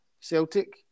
Celtic